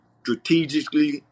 strategically